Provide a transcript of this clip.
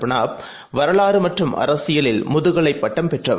Pranab வரலாறுமற்றும்அரசியலில்முதுகலைபட்டம்பெற்றவர்